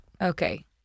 Okay